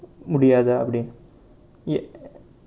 முடியாதா அப்படினு:mudiyaathaa appadinu